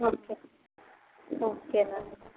okay okay అండి